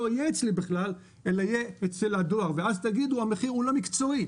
יהיה אצלי בכלל אלא יהיה אצל הדואר ואז תגידו שהמחיר הוא לא מקצועי.